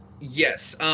Yes